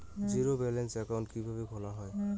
Zero balance account কিভাবে খোলা হয়?